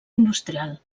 industrial